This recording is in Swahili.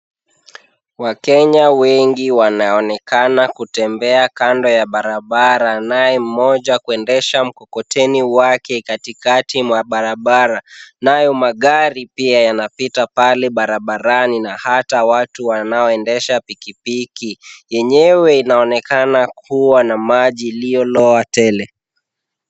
Wakenya wengi wanaonekana kutembea kando ya barabara, naye mmoja kuendesha mkokoteni wake katikati mwa barabara, nayo magari pia yanapita pale barabarani na hata watu wanaoendesha pikipiki. Yenyewe inaonekana kuwa na maji iliyolowa tele.